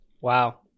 Wow